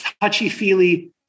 touchy-feely